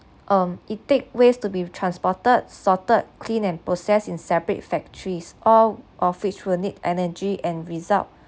um it take waste to be transported sorted clean and process in separate factories all of which will need energy and result